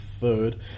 third